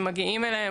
אם מגיעים אליהם,